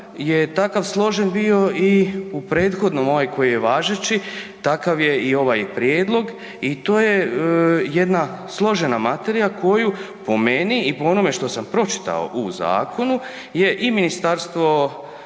takav složen bio i u prethodnom, ovaj koji je važeći, takav je i ovaj prijedlog i to je jedna složena materija koju po meni i po onome što sam pročitao u zakonu je i ministarstvo